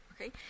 okay